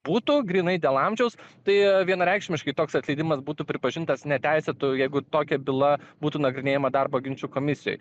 būtų grynai dėl amžiaus tai vienareikšmiškai toks atleidimas būtų pripažintas neteisėtu jeigu tokia byla būtų nagrinėjama darbo ginčų komisijoj